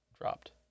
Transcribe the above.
dropped